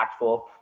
impactful